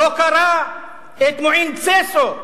לא קרא את מועין בסיסו,